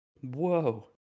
Whoa